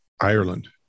Ireland